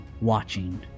watching